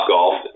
Golf